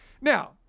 Now